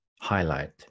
highlight